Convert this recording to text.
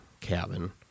cabin